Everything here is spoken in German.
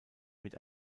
mit